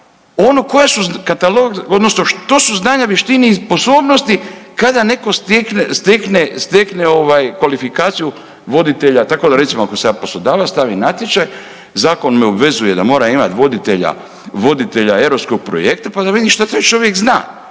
ono koja su katalog odnosno što su znanja, vještine i sposobnosti kada netko stekne, stekne ovaj kvalifikaciju voditelja tako da recimo ako sam ja poslodavac, stavim natječaj, zakon me obvezuje da moram imat voditelja, voditelja europskog projekta pa da vidim šta taj čovjek zna.